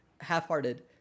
half-hearted